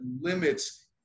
limits